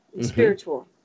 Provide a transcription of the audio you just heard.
spiritual